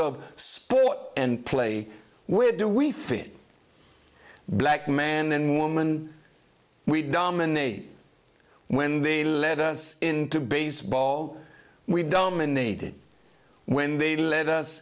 of sport and play where do we fit black man and woman we dominate when they lead us into baseball we dumb unaided when they lead us